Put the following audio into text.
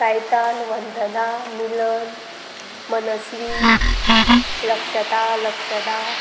Caitan Vandana Milan Manasvi Lakshata Lakshada